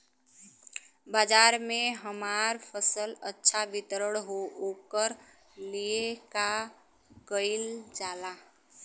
बाजार में हमार फसल अच्छा वितरण हो ओकर लिए का कइलजाला?